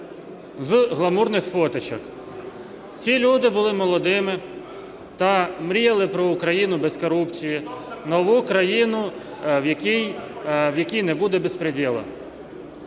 з гламурних фоточек. Ці люди були молодими та мріяли про Україну без корупції, нову країну, в якій не буде беспредела.